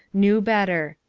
knew better.